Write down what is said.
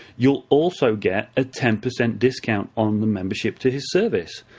you'll also get a ten percent discount on the membership to his service.